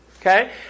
Okay